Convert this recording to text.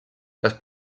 les